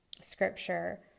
scripture